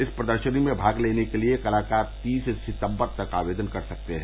इस प्रदर्षनी में भाग लेने को लिए कलाकार तीस सितम्बर तक आवेदन कर सकते हैं